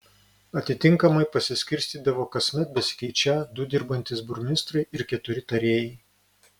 atitinkamai pasiskirstydavo kasmet besikeičią du dirbantys burmistrai ir keturi tarėjai